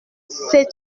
sais